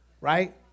right